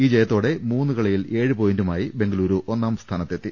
ഈ ജയത്തോടെ മൂന്ന് കളിയിൽ ഏഴ് പോയന്റുമായി ബെങ്കലൂരു ഒന്നാം സ്ഥാനത്തെ ത്തി